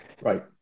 Right